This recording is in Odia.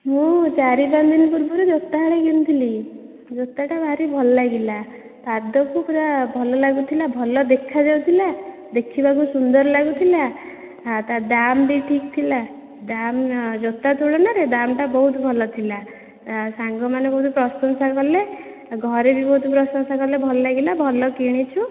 ମୁଁ ଚାରି ପାଞ୍ଚଦିନ ପୂର୍ବୁରୁ ଜୋତା ହଳେ କିଣିଥିଲି ଜୋତାଟା ଭାରି ଭଲଲାଗିଲା ପାଦକୁ ପୁରା ଭଲ ଲାଗୁଥିଲା ଭଲ ଦେଖାଯାଉଥିଲା ଦେଖିବାକୁ ସୁନ୍ଦର ଲାଗୁଥିଲା ତା ଦାମ୍ ବି ଠିକ୍ ଥିଲା ଦାମ୍ ଜୋତା ତୁଳନାରେ ଦାମ୍ ଟା ବହୁତ ଭଲ ଥିଲା ସାଙ୍ଗମାନେ ବହୁତ ପ୍ରଶଂସା କଲେ ଘରେ ବି ବହୁତ ପ୍ରଶଂସା କଲେ ଭଲଲାଗିଲା ଭଲ କିଣିଛୁ